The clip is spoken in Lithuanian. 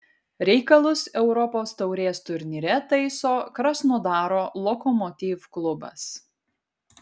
reikalus europos taurės turnyre taiso krasnodaro lokomotiv klubas